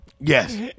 Yes